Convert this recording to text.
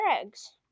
eggs